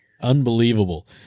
Unbelievable